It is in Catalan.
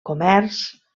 comerç